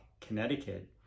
Connecticut